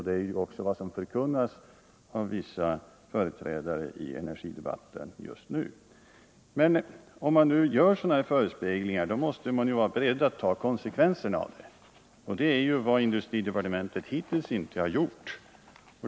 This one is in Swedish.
Det är också vad som förkunnas av vissa företrädare i energidebatten just nu. Om man gör sådana förespeglingar måste man vara beredd att ta konsekvenserna av dem. Det är vad industridepartementet hittills inte har gjort.